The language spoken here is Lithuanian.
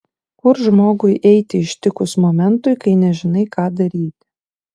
kur žmogui eiti ištikus momentui kai nežinai ką daryti